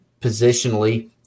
positionally